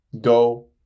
Go